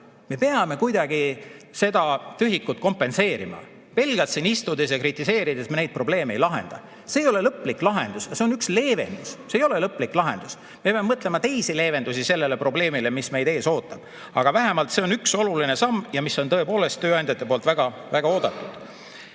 Me peame kuidagi seda tühikut kompenseerima. Pelgalt siin istudes ja kritiseerides me neid probleeme ei lahenda. See ei ole lõplik lahendus, aga see on üks leevendus. See ei ole lõplik lahendus. Me peame mõtlema teisi leevendusi sellele probleemile, mis meid ees ootab. Aga vähemalt see on üks oluline samm, mis on tõepoolest tööandjate poolt väga oodatud. Samas